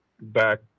back